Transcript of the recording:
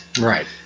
Right